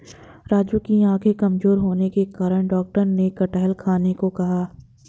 राजू की आंखें कमजोर होने के कारण डॉक्टर ने कटहल खाने को कहा